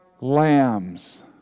lambs